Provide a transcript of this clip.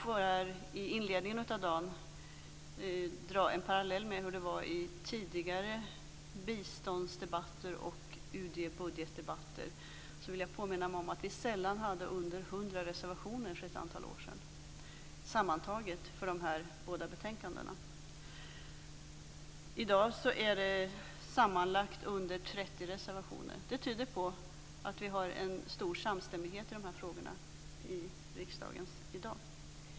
Så här i inledningen av dagen kan jag dra en parallell med hur det var tidigare när man debatterade biståndsbudgetar och UD-budgetar. Då hade vi sällan mindre än 100 reservationer sammantaget för dessa båda betänkanden. I dag är det sammanlagt mindre än 30 reservationer, vilket tyder på att vi har en stor samstämmighet i dessa frågor i riksdagen i dag.